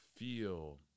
Feel